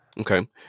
Okay